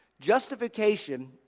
Justification